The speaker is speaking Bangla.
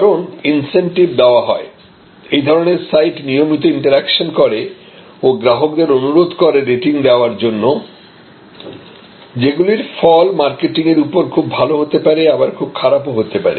কারণ ইন্সেন্টিভ দেওয়া হয় এই ধরনের সাইট নিয়মিত ইন্টারেকশন করে ও গ্রাহকদের অনুরোধ করে রেটিং দেওয়ার জন্য যেগুলির ফল মার্কেটিং এর উপর খুব ভালো হতে পারে আবার খুব খারাপও হতে পারে